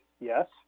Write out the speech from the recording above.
yes